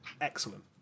Excellent